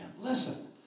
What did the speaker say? listen